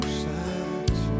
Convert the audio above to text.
sides